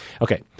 Okay